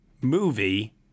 movie